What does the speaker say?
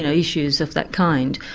you know issues of that kind.